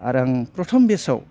आरो आं प्रथम बेत्साव